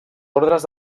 ordres